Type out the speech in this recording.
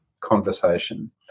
conversation